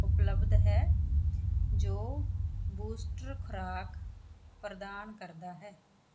ਉਪਲੱਬਧ ਹੈ ਜੋ ਬੂਸਟਰ ਖੁਰਾਕ ਪ੍ਰਦਾਨ ਕਰਦਾ ਹੈ